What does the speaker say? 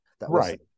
Right